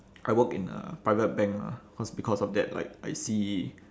I work in a private bank lah cause because of that like I see